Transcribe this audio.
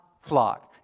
flock